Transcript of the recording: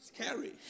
Scary